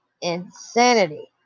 Insanity